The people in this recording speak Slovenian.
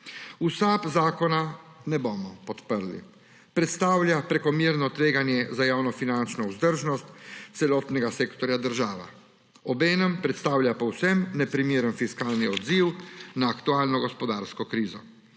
V SAB zakona ne bomo podprli. Predstavlja prekomerno tveganje za javnofinančno vzdržnost celotnega sektorja država. Obenem predstavlja povsem neprimeren fiskalni odziv na aktualno gospodarsko krizo.